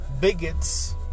bigots